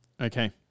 Okay